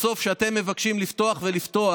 בסוף, כשאתם מבקשים לפתוח ולפתוח,